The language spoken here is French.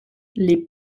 les